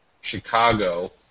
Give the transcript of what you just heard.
Chicago